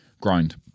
Grind